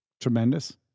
Tremendous